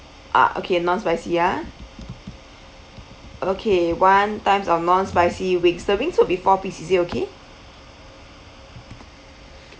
ah okay non spicy ah okay one times of non spicy wings the wings will be four piece is it okay